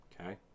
okay